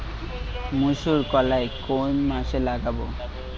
মুসুর কলাই কোন মাসে লাগাব?